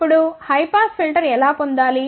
ఇప్పుడు high pass filter ఎలా పొందాలి